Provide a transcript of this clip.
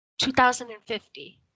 2050